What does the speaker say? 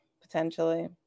potentially